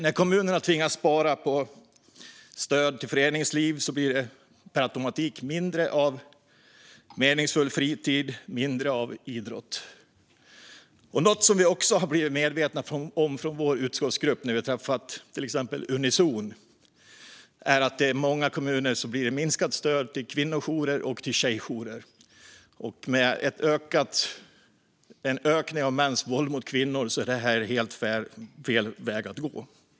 När kommunerna tvingas spara på stöd till föreningsliv blir det per automatik mindre av meningsfull fritid och mindre av idrott. Något vi också har blivit medvetna om i vår utskottsgrupp efter att ha träffat exempelvis Unizon är att det i många kommuner även blir ett minskat stöd till kvinnojourer och tjejjourer. Med tanke på ökningen av mäns våld mot kvinnor är detta helt fel väg att gå.